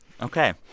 Okay